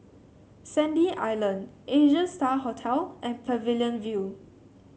Sandy Island Asia Star Hotel and Pavilion View